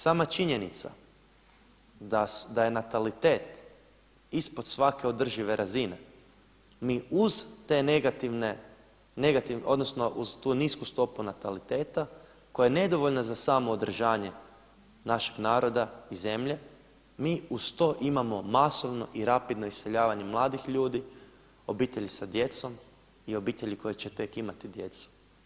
Sama činjenica da je natalitet ispod svake održive razine, mi uz te negativne, odnosno uz tu nisku stopu nataliteta koja je nedovoljna za samo održanje našeg naroda i zemlje, mi uz to imamo masovno i rapidno iseljavanje mladih ljudi, obitelji sa djecom i obitelji koje će tek imati djecu.